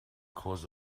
caused